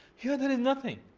here there is nothing.